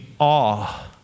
awe